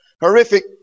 Horrific